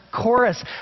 chorus